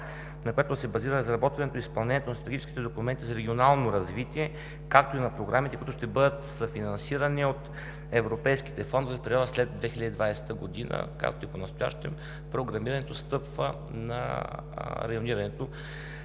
на която да се базира разработването и изпълнението на стратегическите документи за регионално развитие, както и на програмите, които ще бъдат съфинансирани от европейските фондове след 2020 г. Както и понастоящем, програмирането стъпва на районирането